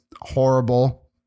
horrible